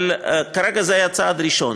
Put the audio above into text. אבל כרגע זה היה צעד ראשון.